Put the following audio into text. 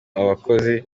abakozi